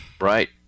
Right